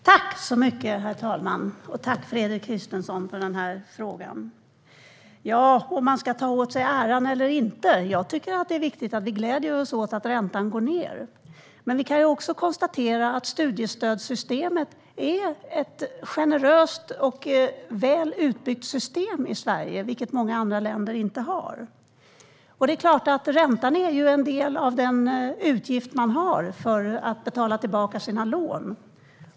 Herr talman! Tack, Fredrik Christensson, för frågan. När det gäller om man ska ta åt sig äran eller inte tycker jag att det är viktigt att vi gläder oss åt att räntan går ned. Vi kan också konstatera att studiestödssystemet är ett generöst och väl utbyggt system i Sverige, vilket många andra länder saknar. Det är klart att räntan är en del av den utgift som man har när man betalar tillbaka sina lån.